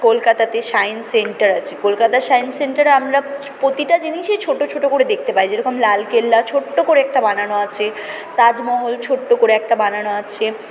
কলকাতাতে science centre আছে কলকাতার সায়েন্স সেন্টারে আমরা প্রতিটা জিনিসই ছোটো ছোটো করে দেখতে পাই যেরকম লালকেল্লা ছোটো করে একটা বানানো আছে তাজমহল ছোটো করে একটা বানানো আছে